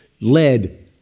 led